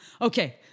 Okay